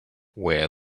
wear